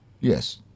Yes